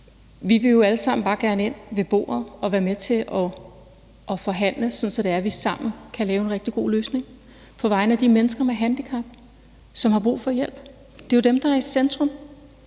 Vi vil jo alle sammen bare gerne ind ved bordet og være med til at forhandle, sådan at vi sammen kan lave en rigtig god løsning på vegne af de mennesker med handicap, som har brug for hjælp. Det er jo dem, der er i centrum.